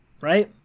right